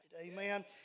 Amen